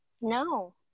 No